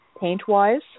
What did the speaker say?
paint-wise